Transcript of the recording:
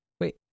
Wait